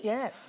Yes